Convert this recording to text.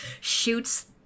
shoots